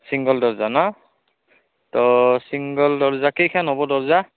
single দৰ্জা ন ত' ছিংগল দৰ্জা কেইখন হ'ব দৰ্জা